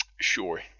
Sure